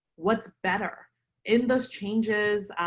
what's better in those changes.